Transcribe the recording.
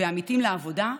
בעמיתים לעבודה,